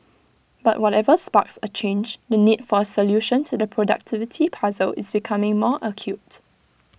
but whatever sparks A change the need for A solution to the productivity puzzle is becoming more acute